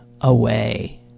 away